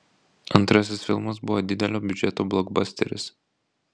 antrasis filmas buvo didelio biudžeto blokbasteris